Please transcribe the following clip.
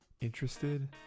interested